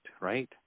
right